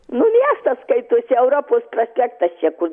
nu miestas skaitosi europos prospektas čia kur